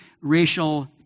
racial